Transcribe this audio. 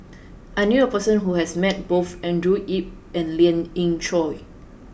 I knew a person who has met both Andrew Yip and Lien Ying Chow